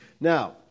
Now